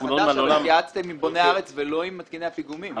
אנחנו לא --- חבל שהתייעצתם עם בוני הארץ ולא עם מתקיני הפיגומים.